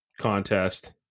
contest